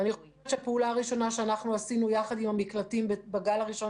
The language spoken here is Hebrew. אני חושבת שהפעולה הראשונה שאנחנו עשינו יחד עם המקלטים בגל הראשון